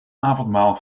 avondmaal